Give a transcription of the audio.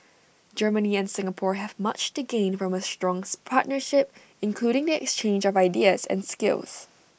Germany and Singapore have much to gain from A strong partnership including the exchange of ideas and skills